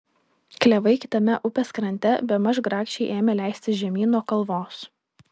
klevai kitame upės krante bemaž grakščiai ėmė leistis žemyn nuo kalvos